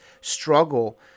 struggle